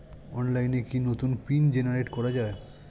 অনলাইনে কি নতুন পিন জেনারেট করা যায়?